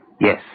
Yes